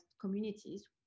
communities